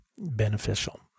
beneficial